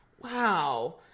Wow